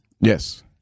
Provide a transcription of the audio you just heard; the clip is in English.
Yes